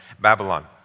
Babylon